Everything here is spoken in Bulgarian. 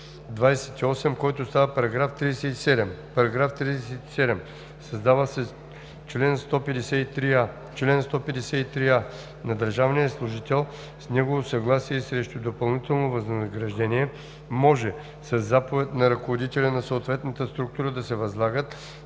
28, който става § 37: „§ 37. Създава се чл. 153а: „Чл. 153а. На държавния служител, с негово съгласие и срещу допълнително възнаграждение, може със заповед на ръководителя на съответната структура да се възлагат